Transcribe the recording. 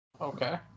Okay